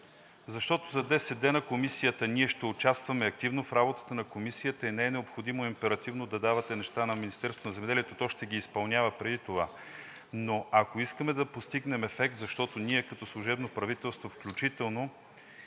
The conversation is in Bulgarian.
Защото за 10 дена ние – Комисията, ще участваме активно в работата на Комисията и не е необходимо императивно да давате неща на Министерството на земеделието, то ще ги изпълнява преди това. Но ако искаме да постигнем ефект, защото ние като служебно правителство включително